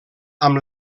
amb